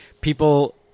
people